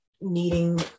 needing